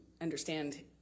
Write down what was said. understand